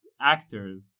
actors